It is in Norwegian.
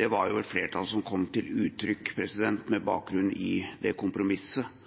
var et flertall som kom til uttrykk med bakgrunn i det kompromisset